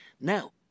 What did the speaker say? Now